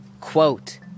Quote